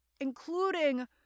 including